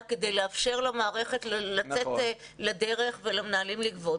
כדי לאפשר למערכת לצאת לדרך ולמנהלים לגבות.